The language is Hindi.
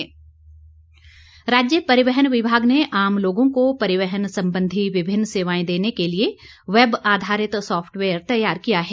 परिवहन विमाग राज्य परिवहन विभाग ने आम लोगों को परिवहन संबंधी विभिन्न सेवाएं देने के लिए वैब आधारित सॉफ्टवेयर तैयार किया है